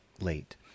late